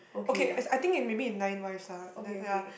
okay I I think it maybe nine wives ah then ya